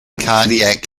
cardiac